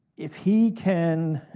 if he can